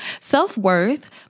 self-worth